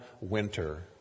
winter